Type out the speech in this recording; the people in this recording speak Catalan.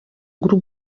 grup